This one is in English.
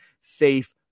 safe